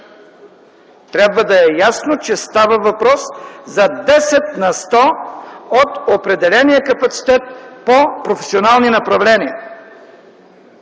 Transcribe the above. Трябва да е ясно, че става въпрос за 10 на сто от определения капацитет по професионални направления.